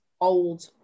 old